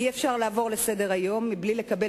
אי-אפשר לעבור לסדר-היום בלי שהכנסת תקבל